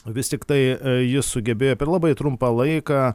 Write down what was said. o vis tiktai jis sugebėjo per labai trumpą laiką